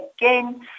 again